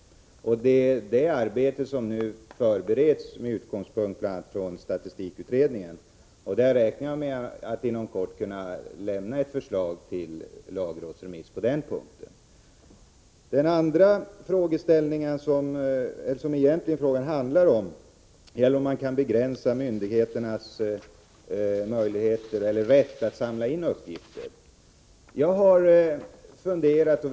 Det är detta arbete som nu förbereds, bl.a. med utgångspunkt i statistikutredningen. Jag räknar med att inom kort kunna lämna ett förslag till lagrådsremiss på den punkten. Den andra frågeställningen, som frågan egentligen handlar om, är om man kan begränsa myndigheternas möjligheter eller rätt att samla in uppgifter. Jag har funderat en del på den saken.